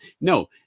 No